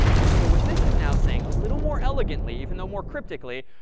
and so what this is now saying a little more elegantly, even though more cryptically,